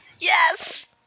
Yes